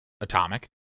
atomic